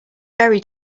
very